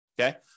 okay